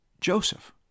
Joseph